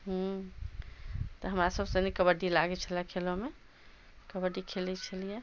हम्म तऽ हमरा सबसँ नीक कबड्डी लागै छलै खेलऽमे कबड्डी खेलै छलियै